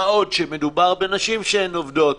מה עוד שמדובר בנשים שעובדות,